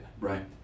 Right